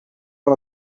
van